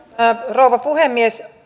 rouva puhemies